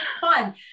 fun